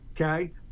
Okay